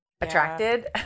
attracted